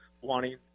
wanting